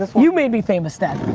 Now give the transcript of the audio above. you made me famous, dad.